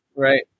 Right